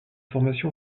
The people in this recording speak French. formation